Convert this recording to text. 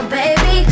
baby